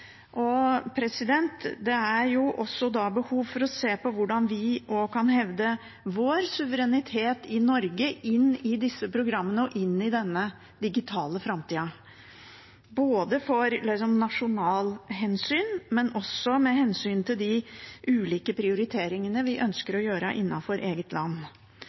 også da behov for å se på hvordan vi kan hevde vår suverenitet i Norge – inn i disse programmene og inn i denne digitale framtida – både av nasjonale hensyn, men også av hensyn til de ulike prioriteringene vi ønsker å gjøre innenfor eget land.